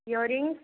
earrings